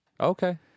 Okay